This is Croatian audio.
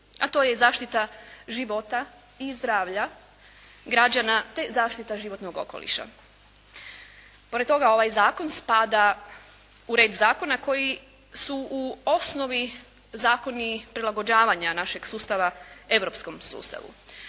a to je zaštita života i zdravlja građana, te zaštita životnog okoliša. Pored toga, ovaj Zakon spada u red zakona koji su u osnovi zakoni prilagođavanja našeg sustava europskom sustavu.